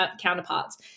counterparts